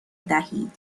دهید